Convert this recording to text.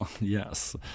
Yes